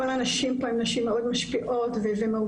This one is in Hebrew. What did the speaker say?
כל הנשים פה הן נשים מאוד משפיעות ומהותיות.